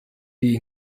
die